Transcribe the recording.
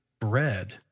bread